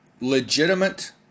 legitimate